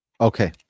Okay